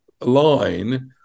line